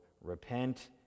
repent